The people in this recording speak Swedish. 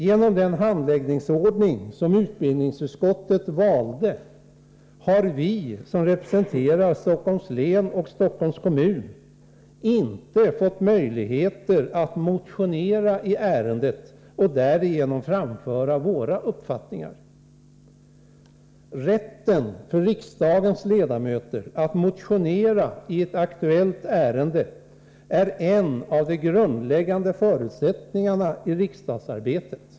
Genom den handläggningsordning som utbildningsutskottet valt har vi som representerar Stockholms län och Stockholms kommun inte fått möjligheter att motionera i ärendet och därigenom framföra våra uppfattningar. Rätten för riksdagens ledamöter att motionera i ett aktuellt ärende är en av de grundläggande förutsättningarna i riksdagsarbetet.